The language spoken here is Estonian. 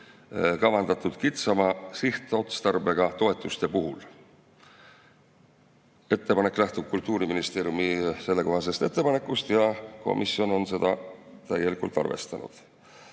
kavandatud kitsama sihtotstarbega toetuste puhul. Ettepanek lähtub Kultuuriministeeriumi sellekohasest ettepanekust ja komisjon on seda täielikult arvestanud.